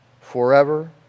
forever